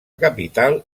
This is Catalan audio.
capital